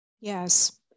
Yes